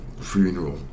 funeral